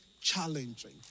challenging